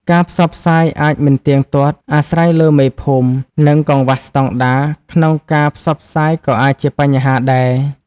ការផ្សព្វផ្សាយអាចមិនទៀងទាត់ អាស្រ័យលើមេភូមិ និងកង្វះស្តង់ដារ ក្នុងការផ្សព្វផ្សាយក៏អាចជាបញ្ហាដែរ។